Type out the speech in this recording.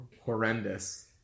horrendous